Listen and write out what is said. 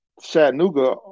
Chattanooga